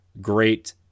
great